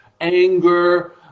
anger